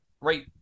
Right